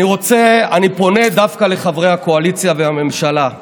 אני פונה דווקא לחברי הקואליציה והממשלה.